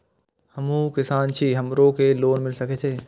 हमू किसान छी हमरो के लोन मिल सके छे?